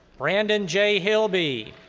brandon j. hillby.